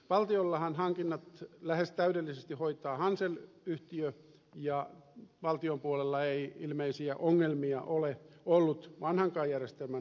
valtiollahan hankinnat lähes täydellisesti hoitaa hansel yhtiö ja valtion puolella ei ilmeisiä ongelmia ole ollut vanhankaan järjestelmän osalta